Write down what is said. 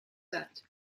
set